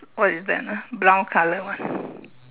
what is that ah brown colour [one]